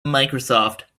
microsoft